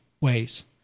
ways